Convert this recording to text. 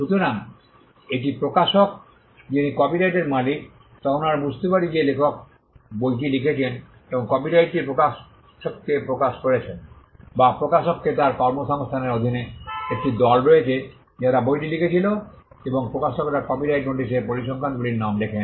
সুতরাং যখন এটি প্রকাশক যিনি কপিরাইটের মালিক তখন আমরা বুঝতে পারি যে লেখক বইটি লিখেছেন এবং কপিরাইটটি প্রকাশককে প্রকাশ করেছেন বা প্রকাশককে তার কর্মসংস্থানের অধীনে একটি দল রয়েছে যারা বইটি লিখেছিল এবং প্রকাশকরা কপিরাইট নোটিশে পরিসংখ্যানগুলির নাম লেখেন